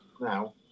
now